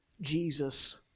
Jesus